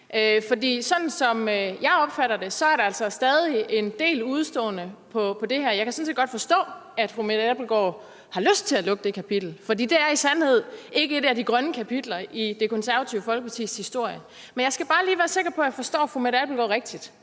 for sådan som jeg opfatter det, er der er altså stadig en del udestående på det område. Jeg kan sådan set godt forstå, at fru Mette Abildgaard har lyst til at lukke det kapitel, for det er i sandhed ikke et af de grønne kapitler i Det Konservative Folkepartis historie. Men jeg skal bare lige være sikker på, at jeg forstår fru Mette Abildgaard rigtigt.